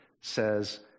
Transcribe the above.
says